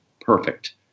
perfect